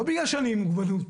לא בגלל שאני עם מוגבלות.